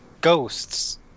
Ghosts